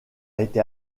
été